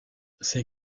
c’est